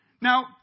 Now